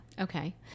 Okay